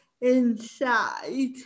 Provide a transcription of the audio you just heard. inside